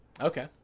Okay